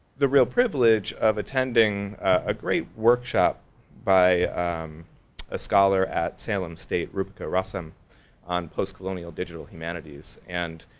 the real privilege of attending a great workshop by a scholar at salem state, roopika risam on postcolonial digital humanities. and